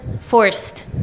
forced